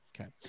Okay